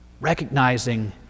Recognizing